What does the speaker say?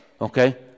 okay